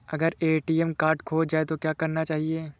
अगर ATM card खो जाए तो क्या करना चाहिए?